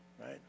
right